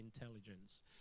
intelligence